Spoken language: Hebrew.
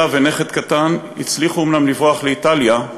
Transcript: כלה ונכד קטן הצליחו אומנם לברוח לאיטליה,